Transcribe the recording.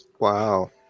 Wow